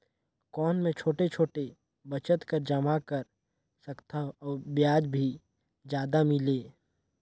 कौन मै छोटे छोटे बचत कर जमा कर सकथव अउ ब्याज भी जादा मिले?